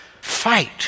fight